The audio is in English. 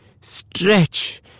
stretch